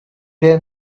their